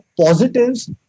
positives